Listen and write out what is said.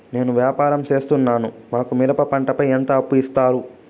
నేను వ్యవసాయం సేస్తున్నాను, మాకు మిరప పంటపై ఎంత అప్పు ఇస్తారు